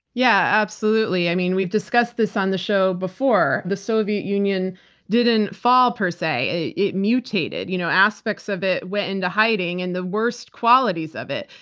yeah, absolutely. i mean we've discussed this on the show before. the soviet union didn't fall per se, it mutated. you know aspects of it went into hiding and the worst qualities of it,